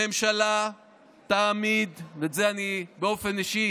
הממשלה תעמיד" ובזה אני באופן אישי